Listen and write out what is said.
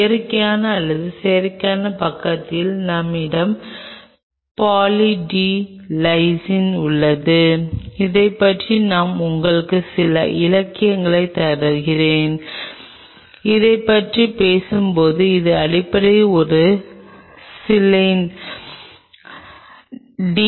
இயற்கையான அல்லது செயற்கை பக்கத்தில் நம்மிடம் பாலி டி லைசின் உள்ளது இதைப் பற்றி நான் உங்களுக்கு சில இலக்கியங்களைத் தருவேன் இதைப் பற்றி பேசுவோம் இது அடிப்படையில் ஒரு சிலேன் டி